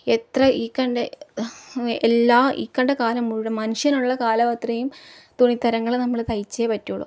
എത്ര ഈ കണ്ട എല്ലാം ഈ കണ്ട കാലം മുഴുവൻ മനുഷ്യനുള്ള കാലമത്രയും തുണിത്തരങ്ങൾ നമ്മൾ തയ്ച്ചേ പറ്റുള്ളൂ